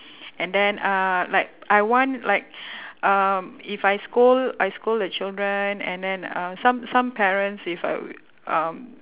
and then uh like I want like um if I scold I scold the children and then uh some some parents if uh um